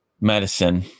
medicine